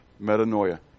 metanoia